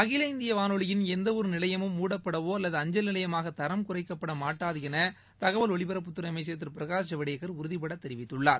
அகில இந்திய வானொலியின் எந்தவொரு நிலையமும் மூடப்படவோ அல்லது அஞ்சல் நிலையமாக தரம் குறைக்கப்பட மாட்டாது எள தகவல் ஒலிபரப்புத்துறை அமைச்சர் திரு பிரகாஷ் ஜவடேகர் உறுதிபட தெரிவித்துள்ளார்